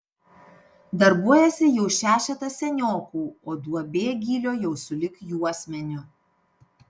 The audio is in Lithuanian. darbuojasi jau šešetas seniokų o duobė gylio jau sulig juosmeniu